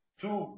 two